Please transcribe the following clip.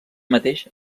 mateix